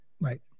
Right